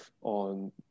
on